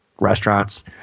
restaurants